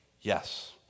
Yes